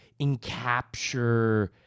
encapture –